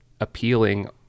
appealing